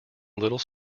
little